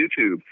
YouTube